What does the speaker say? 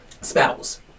spells